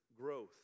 growth